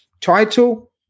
Title